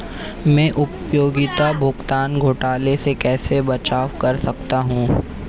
मैं उपयोगिता भुगतान घोटालों से कैसे बचाव कर सकता हूँ?